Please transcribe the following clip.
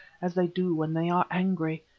as they do when they are angry.